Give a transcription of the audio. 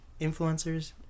influencers